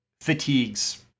fatigues